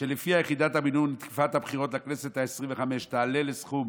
שלפיה יחידת המימון בתקופת הבחירות לכנסת העשרים-וחמש תעלה לסכום